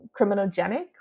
criminogenic